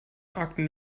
akten